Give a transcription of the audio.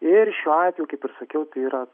ir šiuo atveju kaip ir sakiau tai yra